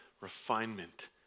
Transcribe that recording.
refinement